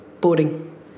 Boarding